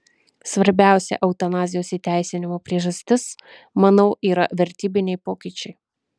svarbiausia eutanazijos įteisinimo priežastis manau yra vertybiniai pokyčiai